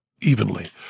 evenly